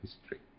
history